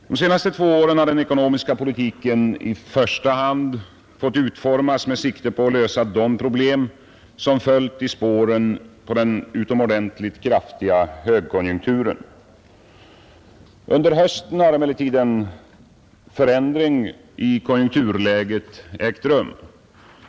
Under de senaste två åren har den ekonomiska politiken i första hand fått utformas med sikte på att lösa de problem som följt i den utomordentligt kraftiga högkonjunkturens spår. Under hösten har emellertid en förändring i konjunkturläget ägt rum.